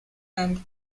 and